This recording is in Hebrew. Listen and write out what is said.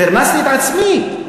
פרנסתי את עצמי.